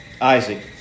Isaac